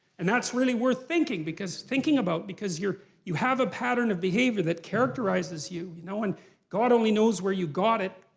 and that's really worth thinking because thinking about because your. you have a pattern of behaviour that characterises you, you know? and god only knows where you got it.